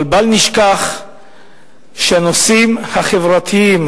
אבל בל נשכח שהנושאים החברתיים,